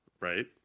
Right